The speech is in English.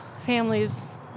families